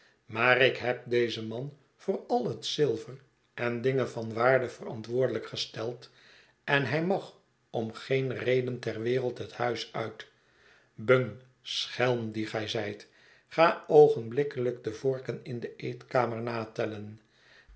maar ik heb dezen man voor al het zilver en dingen van waarde verantwoordelijk gesteld en hij mag om geen reden ter wereld het huis uit bung schelm die gij zijt ga oogenblikkelijk de vorken in de eetkamer natellen